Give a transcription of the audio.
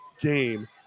game